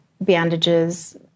bandages